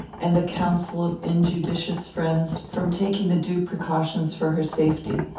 and the counsel of injudicious friends, from taking the due precautions for her safety.